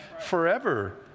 forever